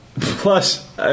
plus